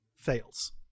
Fails